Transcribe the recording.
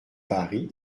paris